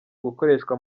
gukoreshwa